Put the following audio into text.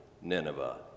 Nineveh